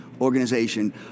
organization